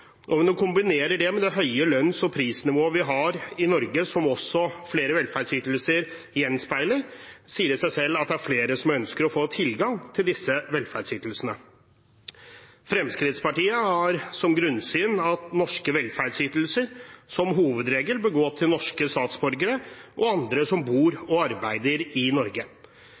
og når vi kombinerer det med det høye lønns- og prisnivået vi har i Norge – som også flere velferdsytelser gjenspeiler – sier det seg selv at det er flere som ønsker å få tilgang til disse velferdsytelsene. Fremskrittspartiet har som grunnsyn at norske velferdsytelser som hovedregel bør gå til norske statsborgere og andre som bor og arbeider i Norge.